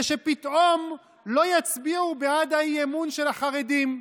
שפתאום לא יצביעו בעד האי-אמון של החרדים.